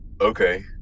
Okay